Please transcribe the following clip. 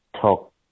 talk